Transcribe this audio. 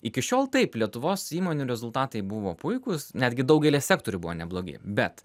iki šiol taip lietuvos įmonių rezultatai buvo puikūs netgi daugelyje sektorių buvo neblogi bet